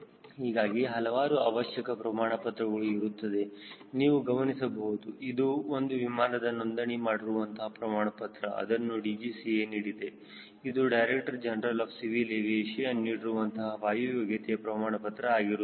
ಹೀಗಾಗಿ ಹಲವಾರು ಅವಶ್ಯಕ ಪ್ರಮಾಣಪತ್ರಗಳು ಇರುತ್ತದೆ ನೀವು ಗಮನಿಸಬಹುದು ಇದು ಒಂದು ವಿಮಾನದ ನೊಂದಣಿ ಮಾಡಿರುವಂತಹ ಪ್ರಮಾಣ ಪತ್ರ ಅದನ್ನು DGCA ನೀಡಿದೆ ಇದು directorate general of civil aviation ನೀಡಿರುವಂತಹ ವಾಯು ಯೋಗ್ಯತೆಯ ಪ್ರಮಾಣಪತ್ರ ಆಗಿರುತ್ತದೆ